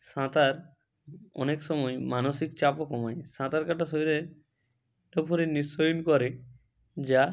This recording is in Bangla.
সাঁতার অনেক সময় মানসিক চাপও কমায় সাঁতার কাটা শরীরের উপরে নিঃসরণ করে যা